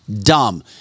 dumb